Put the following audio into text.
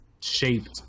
shaped